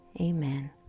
amen